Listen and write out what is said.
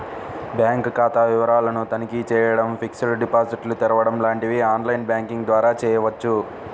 bank ఖాతా వివరాలను తనిఖీ చేయడం, ఫిక్స్డ్ డిపాజిట్లు తెరవడం లాంటివి ఆన్ లైన్ బ్యాంకింగ్ ద్వారా చేయవచ్చు